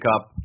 up